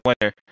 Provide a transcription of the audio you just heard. winner